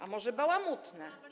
A może bałamutne?